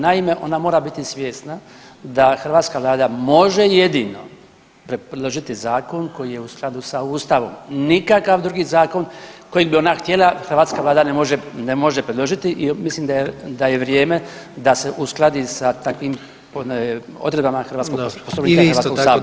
Naime, ona mora biti svjesna da hrvatska Vlada može jedino predložiti zakon koji je u skladu sa Ustavom, nikakav drugi zakon kojim bi ona htjela hrvatska Vlada ne može predložiti i mislim da je vrijeme da se uskladi sa takvim odredbama HS-a [[Upadica predsjednik: Dobro.]] poslovnika HS-a.